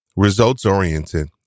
Results-oriented